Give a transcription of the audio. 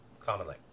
commonly